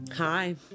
Hi